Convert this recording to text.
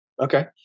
Okay